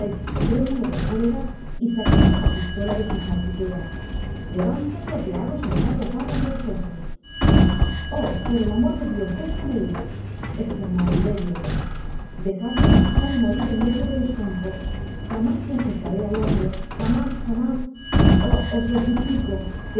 trémulo de cólera y saám io la pistola de su faltriquera levántate ó te hago saltar la tapa de los sesos oh por el amor de dios dejadme ir esdamó oliveriodejadme marchar y morir en medio de los campos jamás me acercaré á londres jamás jamás oh os lo suplico